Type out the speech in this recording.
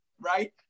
Right